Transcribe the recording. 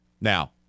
Now